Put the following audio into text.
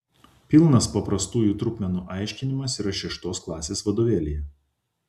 pilnas paprastųjų trupmenų aiškinimas yra šeštos klasės vadovėlyje